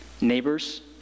Neighbors